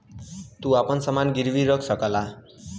तू आपन समान गिर्वी रख सकला